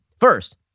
First